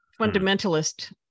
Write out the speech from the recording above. Fundamentalist